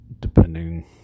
depending